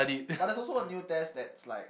but there's also a new test that's like